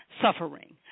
suffering